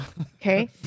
okay